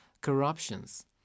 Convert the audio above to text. corruptions